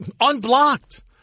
Unblocked